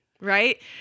right